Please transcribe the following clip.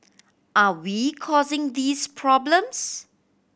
are we causing these problems